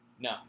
No